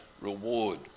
reward